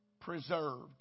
preserved